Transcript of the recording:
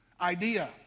idea